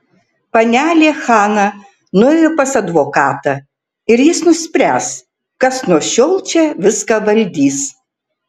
panelė hana nuėjo pas advokatą ir jis nuspręs kas nuo šiol čia viską valdys